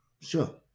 Sure